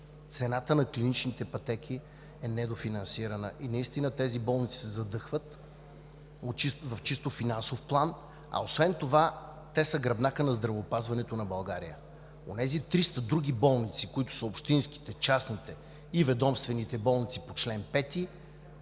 цената на клиничните пътеки е недофинансирана и тези болници се задъхват в чисто финансов план, а освен това те са гръбнакът на здравеопазването на България. Онези 300 други болници – общинските, частните и ведомствените по чл. 5,